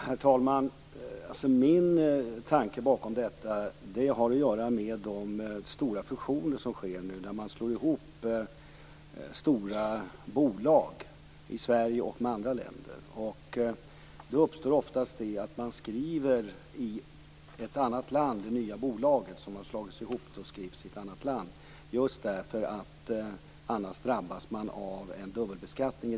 Herr talman! Min tanke bakom detta hade att göra med de stora fusioner som nu sker när man slår ihop stora bolag i Sverige med bolag i andra länder. Då skrivs ofta det nya sammanslagna bolaget i det andra landet. Annars drabbas man av en dubbelbeskattning.